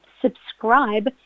subscribe